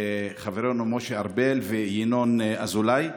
מחברינו משה ארבל וינון אזולאי,